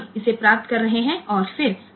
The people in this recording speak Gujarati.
0 ને તપાસી રહ્યા છીએ